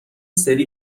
سری